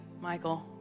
Michael